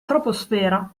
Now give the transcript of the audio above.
troposfera